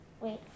Wait